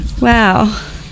Wow